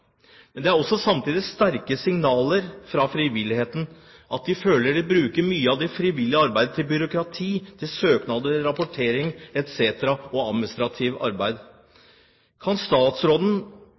Men det er også samtidig sterke signaler fra frivilligheten om at de føler at de bruker mye av det frivillige arbeidet til byråkrati, søknader, rapportering og administrativt arbeid